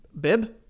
Bib